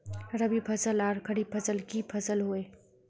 रवि फसल आर खरीफ फसल की फसल होय?